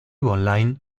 online